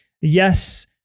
Yes